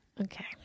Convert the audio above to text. Okay